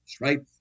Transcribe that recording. right